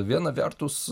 viena vertus